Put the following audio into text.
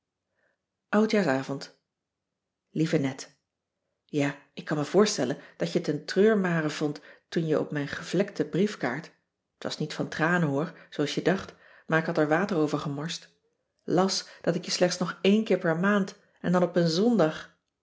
oudjaarsavond lieve net ja ik kan me voorstellen dat je het een treurmare vond toen je op mijn gevlekte briefkaart t was niet van tranen hoor zooals je dacht maar ik had er water over gemorst las dat ik je slechts nog éen keer per maand en dan op een zondag